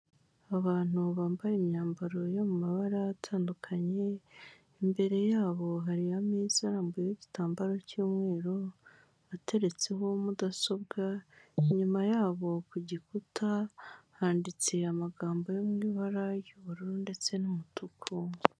Abantu bambaye imyambaro yo mu mabara atandukanye, imbere yabo hariyo ameza arambuyeho igitambaro cy'umweru ateretseho mudasobwa, inyuma yabo ku gikuta handitse amagambo yo mu ibara y'ubururu ndetse n'umutuku.